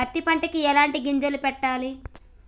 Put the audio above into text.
పత్తి పంటకి ఎలాంటి గింజలు పెట్టాలి?